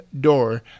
door